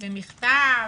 במכתב?